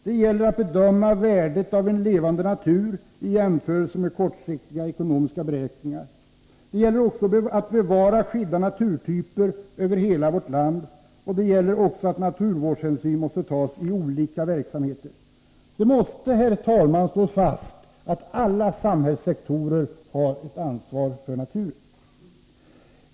Det gäller att bedöma värdet av en levande natur i jämförelse med kortsiktiga ekonomiska beräkningar. Det gäller också att bevara skilda naturtyper över hela vårt land, och det gäller att naturvårdshänsyn måste tas i olika verksamheter. Det måste, herr talman, slås fast att alla samhällssektorer har ett ansvar för naturen.